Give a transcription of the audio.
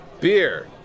Beer